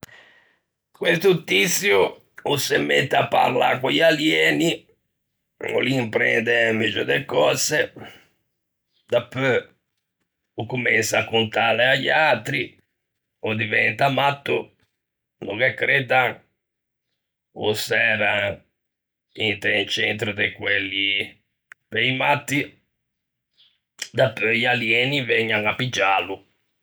Questo tiçio o se mette à parlâ co-i alieni, o l'imprende un muggio de cöse, dapeu o comensa à contâle a-i atri, o diventa matto, no ghe creddan, ô særan int'un centro de quelli pe-i matti, dapeu i alieni vëgnan à piggiâlo.